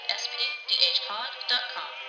spdhpod.com